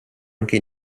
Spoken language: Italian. anche